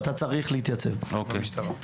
ואתה צריך להתייצב במשטרה.